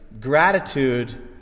gratitude